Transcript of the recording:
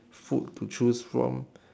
food to choose from